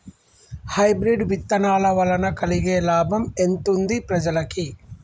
Hybrid విత్తనాల వలన కలిగే లాభం ఎంతుంది ప్రజలకి?